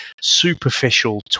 superficial